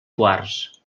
quars